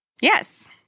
Yes